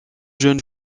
jeune